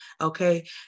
okay